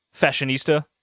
fashionista